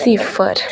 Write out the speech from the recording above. सिफर